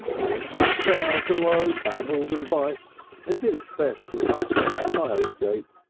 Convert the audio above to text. an anxious crowd below babbled advice and did its best to upset the fire escape.